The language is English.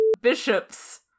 bishops